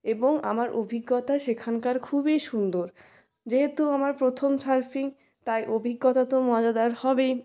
এবং আমার অভিজ্ঞতা সেখানকার খুবই সুন্দর যেহেতু আমার প্রথম সার্ফিং তাই অভিজ্ঞতা তো মজাদার হবেই